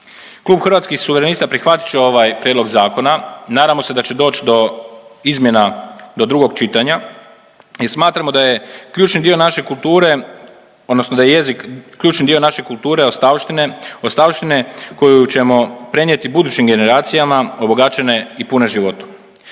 Klub Hrvatskih suverenista prihvatit će ovaj Prijedlog zakona, nadamo se da će doći do izmjena do drugog čitanja i smatramo da je ključni dio naše kulture odnosno da je jezik ključni dio naše kulture i ostavštine koju ćemo prenijeti budućim generacijama obogaćene i pune životu.